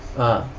ah